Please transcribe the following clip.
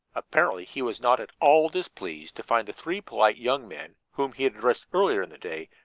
apparently he was not at all displeased to find the three polite young men whom he had addressed earlier in the day,